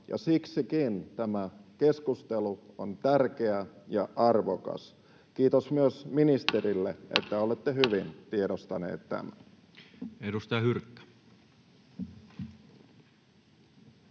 siksikin tämä keskustelu on tärkeä ja arvokas. Kiitos myös ministerille, että olette hyvin tiedostanut tämän.